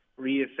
reassess